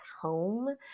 home